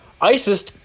ISIS